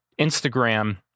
Instagram